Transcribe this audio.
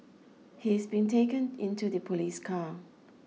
he is being taken into the police car